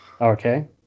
okay